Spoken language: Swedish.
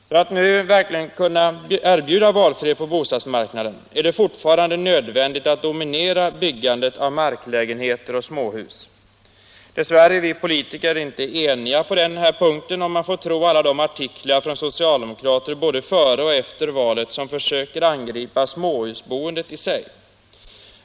För att nu verkligen kunna erbjuda valfrihet på bostadsmarknaden är det fortfarande nödvändigt att dominera byggandet av marklägenheter och småhus. Dess värre är vi politiker inte eniga på den punkten, om man får tro alla de artiklar från socialdemokrater, både före och efter valet, som försöker angripa småhusboendet i sig.